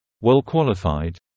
well-qualified